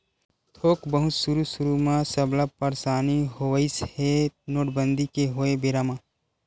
थोक बहुत सुरु सुरु म सबला परसानी होइस हे नोटबंदी के होय बेरा म